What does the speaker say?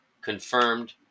confirmed